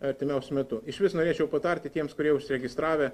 artimiausiu metu išvis norėčiau patarti tiems kurie užsiregistravę